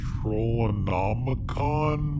Trollonomicon